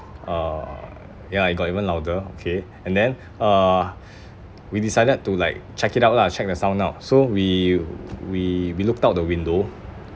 uh ya it got even louder okay and then uh we decided to like check it out lah check the sound out so we we we looked out the window